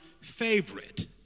favorite